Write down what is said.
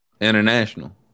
International